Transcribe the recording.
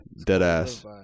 deadass